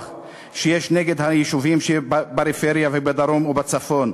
שיש נגד היישובים שבפריפריה ובדרום ובצפון.